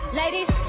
ladies